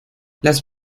las